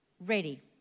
ready